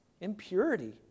impurity